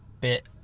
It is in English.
bit